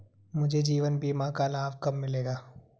मुझे जीवन बीमा का लाभ कब मिलेगा?